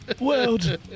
world